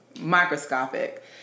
microscopic